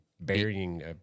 burying